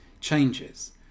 changes